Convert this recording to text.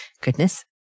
Goodness